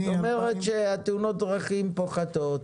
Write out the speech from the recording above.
זאת אומרת שתאונות הדרכים פוחתות,